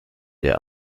der